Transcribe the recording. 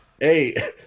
hey